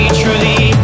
truly